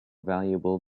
valuable